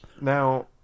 Now